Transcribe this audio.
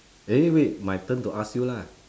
eh wait my turn to ask you lah